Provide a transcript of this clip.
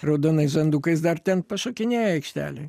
raudonais žandukais dar ten pašokinėja aikštelėj